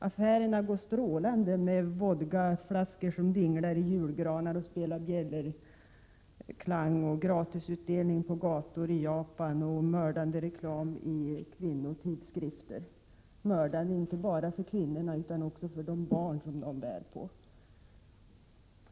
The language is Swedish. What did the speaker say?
Affärerna går strålande med vodkaflaskor som dinglar i julgranar och spelar bjällerklang, gratisutdelning på gator i Japan och mördande reklam i kvinnotidskrifter. Denna reklam är inte bara mördande för kvinnorna, utan också för de barn som de bär på.